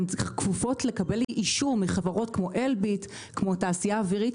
כפופות לקבלת אישור מחברות כמו אלביט או התעשייה האווירית,